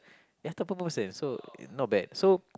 ya so not bad so